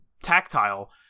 Tactile